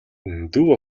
дүү